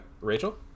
Rachel